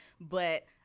but-